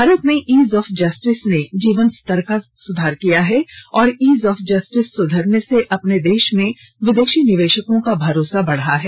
भारत में ease of justice ने जीवन स्तर का सुधारा है और ईज ऑफ जस्टिस सुधरने से अपने देश में विदेशी निवेशकों का भरोसा बढ़ा है